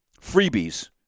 freebies